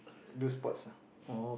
do sports ah